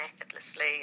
effortlessly